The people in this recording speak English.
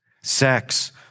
Sex